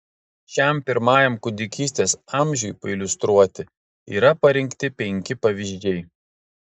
šiam pirmajam kūdikystės amžiui pailiustruoti yra parinkti penki pavyzdžiai